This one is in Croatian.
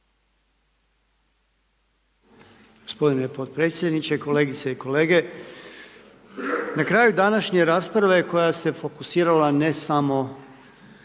Gospodine podpredsjedniče, kolegice i kolege, na kraju današnje rasprave koja se fokusirala ne samo